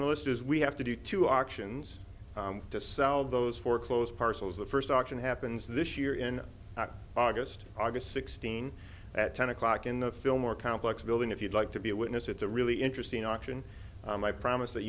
list is we have to do two auctions to sell those foreclosed parcels the first auction happens this year in august august sixteenth at ten o'clock in the fillmore complex building if you'd like to be a witness it's a really interesting auction i promise that